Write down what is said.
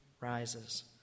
rises